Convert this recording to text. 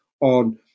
on